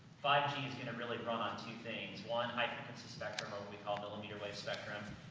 five g is gonna really run on two things. one, high-frequency spectrum, or what we call millimeter wave spectrum,